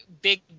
big